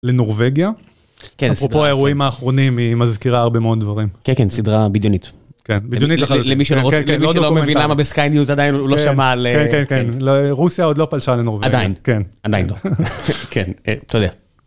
לנורווגיה. כן סדרה. אפרופו האירועים האחרונים היא מזכירה הרבה מאוד דברים. כן כן סדרה בידיונית. כן בידיונית לחלוטין. למי שלא מבין למה בסקיי ניוז עדיין הוא לא שמע. כן כן כן רוסיה עוד לא פלשה לנורווגיה. עדיין. כן. עדיין לא. כן. אתה יודע...